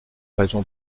raison